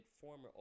former